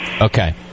Okay